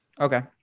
Okay